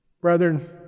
Brethren